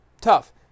tough